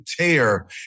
tear